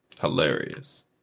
Hilarious